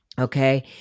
Okay